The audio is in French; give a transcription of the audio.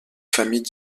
famille